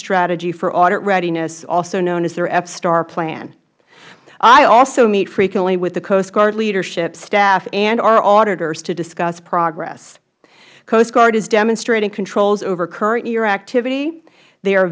strategy for audit readiness also known as their fstar plan i also meet frequently with the coast guard leadership staff and our auditors to discuss progress coast guard is demonstrating controls over current year activity they